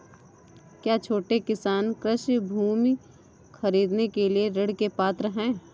क्या छोटे किसान कृषि भूमि खरीदने के लिए ऋण के पात्र हैं?